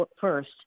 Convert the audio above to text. first